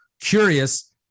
curious